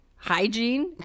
hygiene